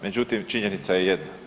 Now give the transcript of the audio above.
Međutim, činjenica je jedno.